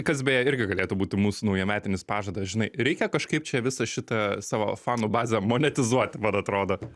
kas beje irgi galėtų būti mūsų naujametinis pažadas žinai ir reikia kažkaip čia visą šitą savo fanų bazę monetizuoti man atrodo